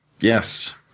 Yes